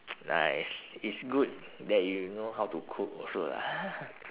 nice it's good that you know how to cook also lah